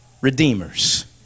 redeemers